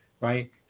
Right